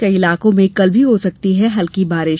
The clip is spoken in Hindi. कई इलाकों में कल भी हो सकती है हल्की बारिश